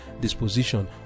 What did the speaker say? disposition